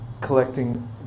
collecting